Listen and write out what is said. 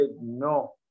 no